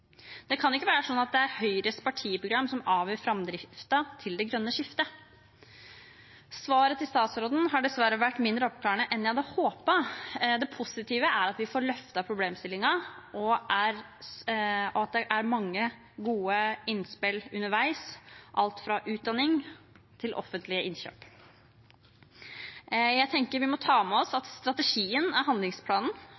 Det kan ikke være sånn at det er Høyres partiprogram som avgjør framdriften til det grønne skiftet. Svaret til statsråden har dessverre vært mindre oppklarende enn jeg hadde håpet. Det positive er at vi får løftet problemstillingen, og at det er mange gode innspill underveis – alt fra utdanning til offentlige innkjøp. Jeg tenker vi må ta med oss